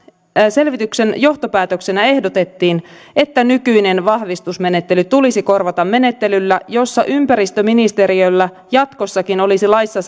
selvityksen johtopäätöksenä ehdotettiin että nykyinen vahvistusmenettely tulisi korvata menettelyllä jossa ympäristöministeriöllä jatkossakin olisi laissa